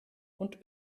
und